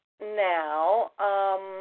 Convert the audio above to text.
Now